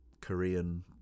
Korean